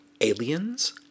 Aliens